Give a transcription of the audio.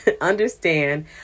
understand